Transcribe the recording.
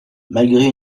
malgré